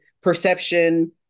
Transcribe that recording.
perception